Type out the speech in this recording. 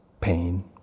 pain